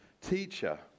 Teacher